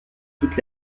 toute